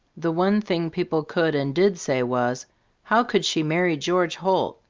the one thing people could and did say was how could she marry george holt?